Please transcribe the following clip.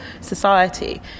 society